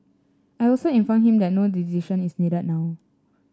I also informed him that no decision is needed now